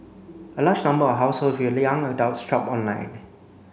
a larger number of households with the young adults shopped online